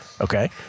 okay